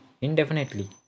indefinitely